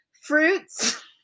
fruits